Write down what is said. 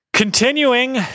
Continuing